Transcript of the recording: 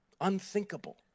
unthinkable